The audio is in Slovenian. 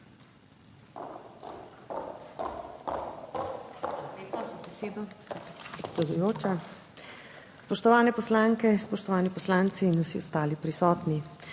Spoštovane poslanke, spoštovani poslanci in vsi ostali prisotni!